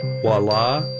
Voila